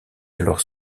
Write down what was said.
alors